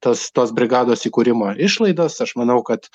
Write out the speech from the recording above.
tas tos brigados įkūrimo išlaidas aš manau kad